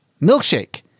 milkshake